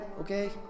okay